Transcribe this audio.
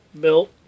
Built